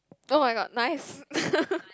oh-my-god nice